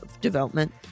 development